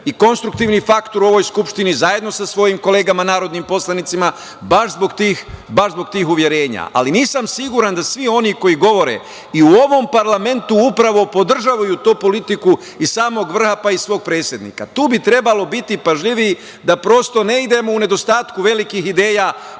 konstruktivni faktor u ovoj Skupštini, zajedno sa mojim kolegama narodnim poslanicima, baš zbog tih uverenja. Ali, nisam siguran da svi oni koji govore i u ovom parlamentu upravo podržavaju tu politiku samog vrha pa i svog predsednika. Tu bi trebalo biti pažljiviji, da prosto, ne idemo u nedostatku velikih ideja,